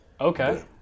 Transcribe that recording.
Okay